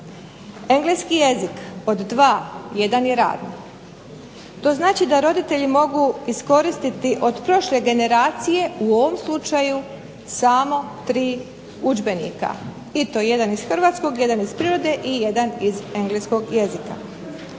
Engleski jezik od 2 jedan je radni, to znači da roditelji mogu iskoristiti od prošle generacije u ovom slučaju samo tri udžbenika i to jedan iz Hrvatskog, jedan iz Prirode i jedan iz Engleskog jezika.